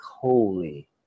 holy